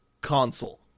console